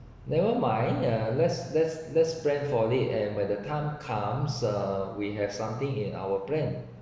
never mind ya let’s let’s let’s plan slowly and when the time comes uh we have something in our plan